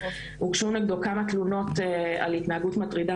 הוגשו נגדו כמה תלונות על התנהגות מטרידה